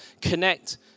connect